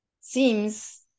seems